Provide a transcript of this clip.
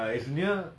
secondary school